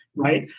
right.